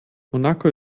monaco